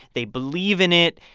they believe in it.